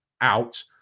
out